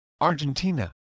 Argentina